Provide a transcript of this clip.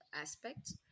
aspects